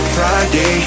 Friday